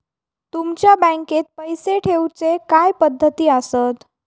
तुमच्या बँकेत पैसे ठेऊचे काय पद्धती आसत?